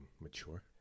mature